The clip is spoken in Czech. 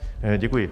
Děkuji.